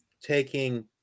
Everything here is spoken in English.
taking